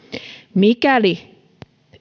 mikäli